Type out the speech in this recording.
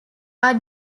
are